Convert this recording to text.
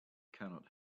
cannot